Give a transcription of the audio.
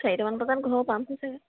চাৰিটামান বজাত ঘৰ পামহি ছাগে